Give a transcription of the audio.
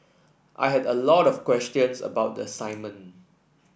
I had a lot of questions about the assignment